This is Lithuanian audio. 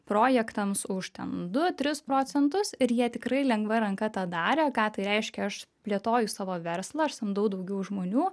projektams už ten du tris procentus ir jie tikrai lengva ranka tą darė ką tai reiškia aš plėtoju savo verslą aš samdau daugiau žmonių